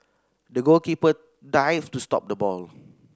the goalkeeper dived to stop the ball